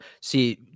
see